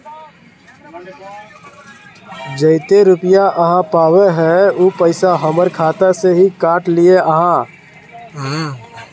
जयते रुपया आहाँ पाबे है उ पैसा हमर खाता से हि काट लिये आहाँ?